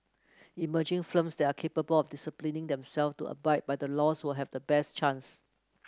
emerging firms there are capable of disciplining themselve to abide by the laws will have the best chance